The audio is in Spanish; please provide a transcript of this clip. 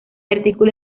artículo